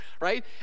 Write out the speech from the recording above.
right